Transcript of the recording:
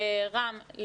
רם,